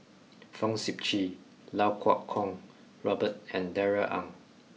Fong Sip Chee Iau Kuo Kwong Robert and Darrell Ang